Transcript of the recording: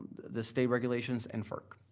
the state regulations and ferc.